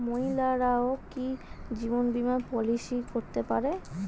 মহিলারাও কি জীবন বীমা পলিসি করতে পারে?